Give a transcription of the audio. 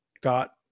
got